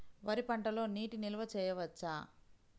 వరి పంటలో నీటి నిల్వ చేయవచ్చా?